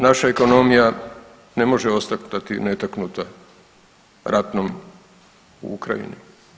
Naša ekonomija ne može ostati netaknuta ratnom u Ukrajini.